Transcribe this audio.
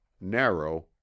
narrow